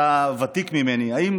אתה ותיק ממני: האם